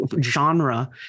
genre